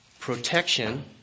Protection